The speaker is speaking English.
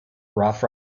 rough